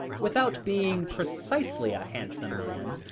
without being precisely a handsome man,